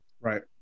Right